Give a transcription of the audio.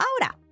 ahora